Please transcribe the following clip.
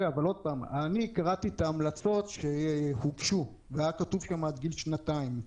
אני קראתי את ההמלצות שגובשו בהן היה כתוב עד גיל שנתיים.